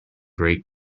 great